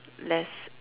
less